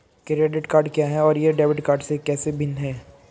Credit card क्या है और यह डेबिट कार्ड से कैसे भिन्न है?